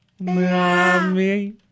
Mommy